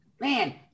Man